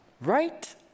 Right